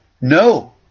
no